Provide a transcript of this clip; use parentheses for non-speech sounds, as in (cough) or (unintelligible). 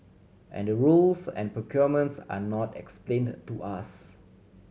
and the rules and (unintelligible) are not explained to us